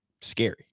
scary